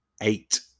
eight